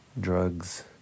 drugs